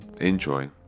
enjoy